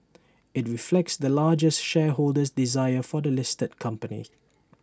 IT reflects the largest shareholder's desire for the listed company